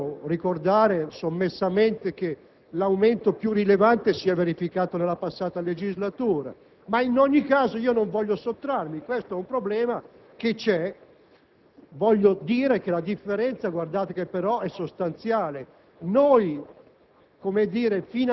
è stato riproposto il problema dell'aumento della spesa corrente. Desidero ricordare sommessamente che l'incremento più rilevante si è verificato nella passata legislatura, ma in ogni caso non voglio sottrarmi alla discussione.